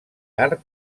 art